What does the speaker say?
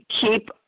keep